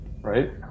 Right